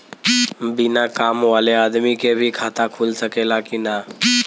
बिना काम वाले आदमी के भी खाता खुल सकेला की ना?